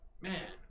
man